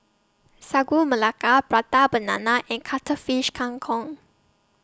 Sagu Melaka Prata Banana and Cuttlefish Kang Kong